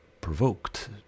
provoked